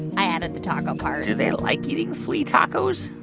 i added the taco part do they like eating flea tacos?